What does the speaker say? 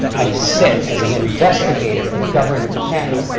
i said as an investigator for the government of canada,